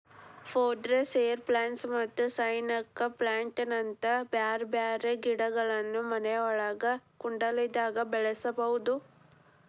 pothos, air plants ಮತ್ತ snake plant ನಂತ ಬ್ಯಾರ್ಬ್ಯಾರೇ ಗಿಡಗಳನ್ನ ಮನ್ಯಾಗ ಕುಂಡ್ಲ್ದಾಗ ಬೆಳಸಬೋದು